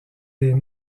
des